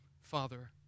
Father